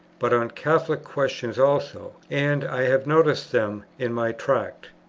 but on catholic questions also and i have noticed them in my tract.